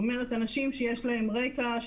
כלומר אנשים שיש להם רקע,